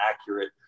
accurate